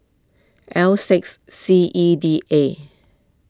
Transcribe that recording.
L six C E D A